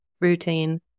routine